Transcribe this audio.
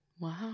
Wow